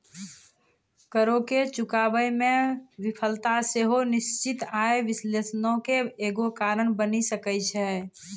करो के चुकाबै मे विफलता सेहो निश्चित आय विश्लेषणो के एगो कारण बनि सकै छै